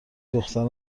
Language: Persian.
دختران